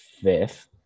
fifth